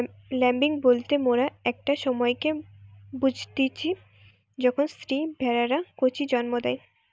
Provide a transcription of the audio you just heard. lambing বলতে মোরা একটা সময়কে বুঝতিচী যখন স্ত্রী ভেড়ারা কচি জন্ম দেয়